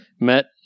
met